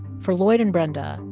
for lloyd and brenda,